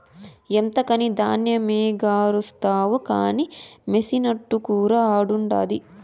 ఎంతకని ధాన్యమెగారేస్తావు కానీ మెసినట్టుకురా ఆడుండాది